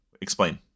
Explain